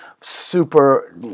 super